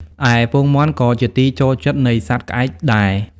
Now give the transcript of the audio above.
ឯពងមាន់ក៏ជាទីចូលចិត្តនៃសត្វក្អែកដែរ ។